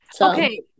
okay